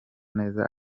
neza